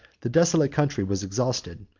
the desolate country was exhausted,